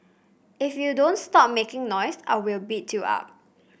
if you don't stop making noise I will beat you up